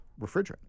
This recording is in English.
refrigerant